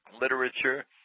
literature